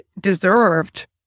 deserved